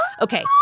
Okay